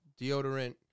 deodorant